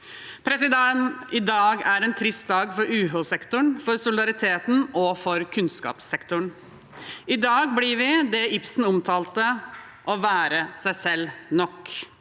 og Sveits) 4867 dag for UH-sektoren, for solidariteten og for kunnskapssektoren. I dag blir vi det Ibsen omtalte som å være seg selv nok.